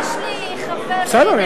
תודה.